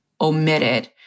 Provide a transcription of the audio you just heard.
omitted